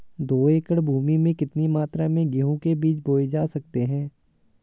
दो एकड़ भूमि में कितनी मात्रा में गेहूँ के बीज बोये जा सकते हैं?